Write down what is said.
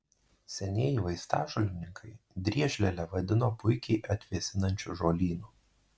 senieji vaistažolininkai driežlielę vadino puikiai atvėsinančiu žolynu